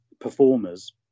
performers